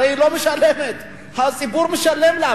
הרי היא לא משלמת, הציבור משלם לה.